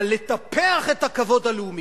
לטפח את הכבוד הלאומי.